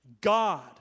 God